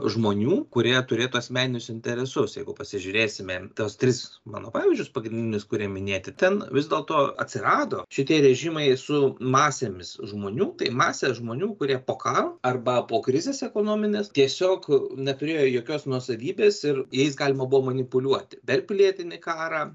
žmonių kurie turėtų asmeninius interesus jeigu pasižiūrėsime tuos tris mano pavyzdžius pagrindinius kurie minėti ten vis dėlto atsirado šitie režimai su masėmis žmonių tai masė žmonių kurie po karo arba po krizės ekonominės tiesiog neturėjo jokios nuosavybės ir jais galima buvo manipuliuoti per pilietinį karą